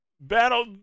Battle